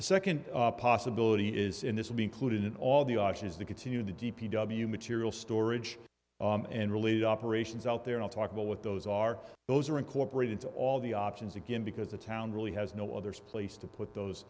the second possibility is in this would be included in all the options the continued the d p w material storage and related operations out there and talk about what those are those are incorporated into all the options again because the town really has no other place to put those